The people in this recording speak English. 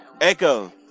echo